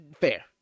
Fair